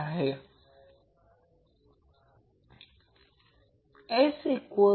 आणि आता शेवटचा कॅपेसिटर आणि कॉइल मधील व्होल्टेज आणि सर्किटची बँडविड्थ आहे